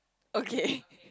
okay